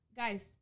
Guys